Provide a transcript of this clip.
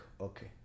Okay